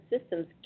systems